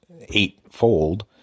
eightfold